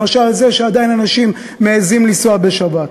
למשל זה שעדיין אנשים מעזים לנסוע בשבת.